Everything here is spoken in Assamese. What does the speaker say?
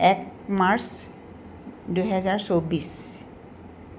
এক মাৰ্চ দুহেজাৰ চৌব্বিছ